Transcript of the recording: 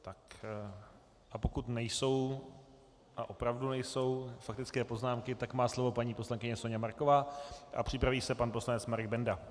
A pokud nejsou, a opravdu nejsou, faktické poznámky, tak má slovo paní poslankyně Soňa Marková a připraví se pan poslanec Marek Benda.